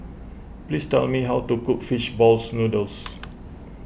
please tell me how to cook Fish Balls Noodles